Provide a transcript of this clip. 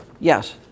Yes